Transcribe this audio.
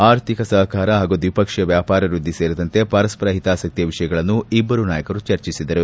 ಆರ್ಥಿಕ ಸಹಕಾರ ಹಾಗೂ ದ್ವಿಪಕ್ಷೀಯ ವ್ಯಾಪಾರ ವೃದ್ದಿ ಸೇರಿದಂತೆ ಪರಸ್ಪರ ಹಿತಾಸಕ್ತಿಯ ವಿಷಯಗಳನ್ನು ಇಬ್ಲರೂ ನಾಯಕರು ಚರ್ಚಿಸಿದರು